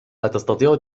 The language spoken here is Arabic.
أتستطيع